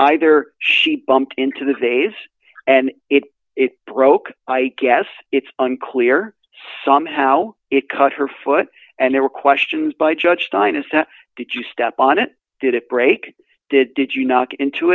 either she bumped into the days and it broke i guess it's unclear somehow it cut her foot and there were questions by judge dynasty did you step on it did it break did did you knock into